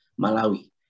Malawi